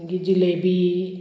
मागीर जिलेबी